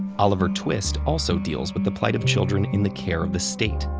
oliver twist also deals with the plight of children in the care of the state,